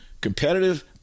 competitive